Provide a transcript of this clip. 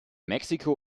mexiko